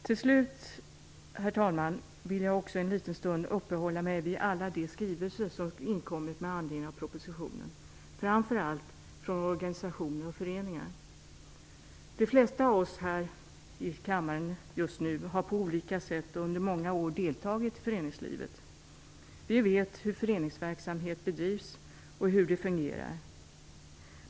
Till sist, herr talman, vill jag också en liten stund uppehålla mig vid alla de skrivelser som inkommit med anledning av propositionen, framför allt från organisationer och föreningar. De flesta av oss har på olika sätt och under många år deltagit i föreningslivet. Vi vet hur föreningsverksamhet bedrivs och hur det fungerar.